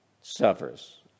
suffers